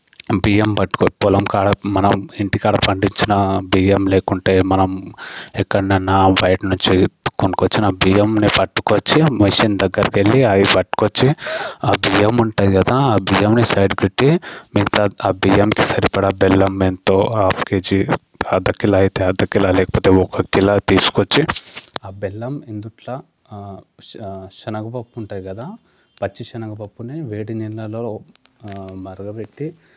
బియ్యం పట్టుకో పొలం కాడ మనం ఇంటికాడ పండించిన బియ్యం లేకుంటే మనం ఎక్కడ అన్న బయటనుంచి కొనుక్కు వచ్చిన బియ్యంని పట్టుకొచ్చి మిషన్ దగ్గరికి వెళ్లి అవి పట్టుకొచ్చి ఆ బియ్యం ఉంటది కదా ఆ బియ్యంని సైడ్ పెట్టి మిగతా ఆ బియ్యంకి సరిపడా బెల్లం ఎంతో ఆఫ్ కేజీ అర్ధ కిలో అయితే అర్థ కిలో లేకపోతే ఒక కిలో తీసుకువచ్చి ఆ బెల్లం ఇందుట్లో శనగపప్పు ఉంటుంది కదా పచ్చిశనగపప్పుని వేడి నీళ్లలో మరగబెట్టి